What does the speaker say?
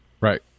Right